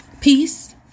Peace